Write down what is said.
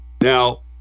Now